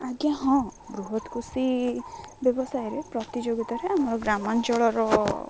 ଆଜ୍ଞା ହଁ ବୃହତ କୃଷି ବ୍ୟବସାୟରେ ପ୍ରତିଯୋଗିତାରେ ଆମର ଗ୍ରାମାଞ୍ଚଳର